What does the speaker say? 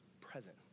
present